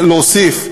להוסיף: